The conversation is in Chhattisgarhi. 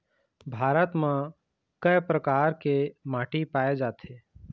भारत म कय प्रकार के माटी पाए जाथे?